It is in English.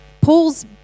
Paul's